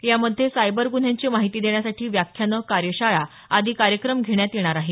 यामध्ये सायबर गुन्ह्यांची माहिती देण्यासाठी व्याख्यानं कार्यशाळा आदी कार्यक्रम घेण्यात येणार आहेत